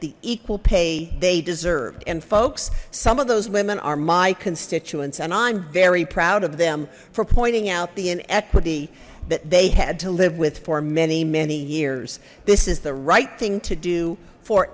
the equal pay they deserved and folks some of those women are my constituents and i'm very proud of them for pointing out the inequity that they had to live with for many many years this is the right thing to do for